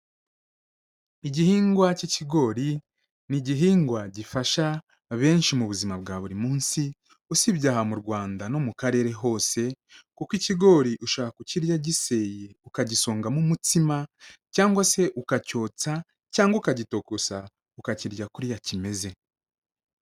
Igihingwa cy'ikigori ni igihingwa gifasha benshi mu buzima bwa buri munsi, usibye aha mu Rwanda no mu karere hose, kuko ikigori ushabora kukirya giseye ukagisongamo umutsima cyangwa se ukacyotsa cyangwa ukagitokoza ukakirya kuriya kimeze.